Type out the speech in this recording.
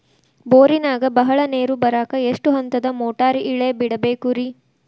ಬೋರಿನಾಗ ಬಹಳ ನೇರು ಬರಾಕ ಎಷ್ಟು ಹಂತದ ಮೋಟಾರ್ ಇಳೆ ಬಿಡಬೇಕು ರಿ?